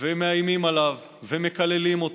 ומאיימים עליו ומקללים אותו,